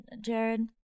jared